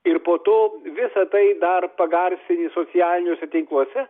ir po to visa tai dar pagarsini socialiniuose tinkluose